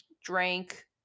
drank